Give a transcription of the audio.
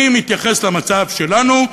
אני מתייחס למצב שלנו,